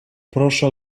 proszę